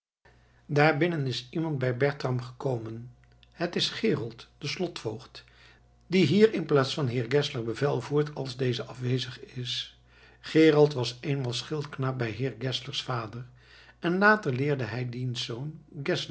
daar binnen is iemand bij bertram gekomen het is gerold de slotvoogd die hier inplaats van heer geszler bevel voert als deze afwezig is gerold was eenmaal schildknaap bij heer geszlers vader en later leerde hij diens zoon